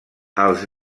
els